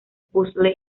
puzle